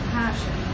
passion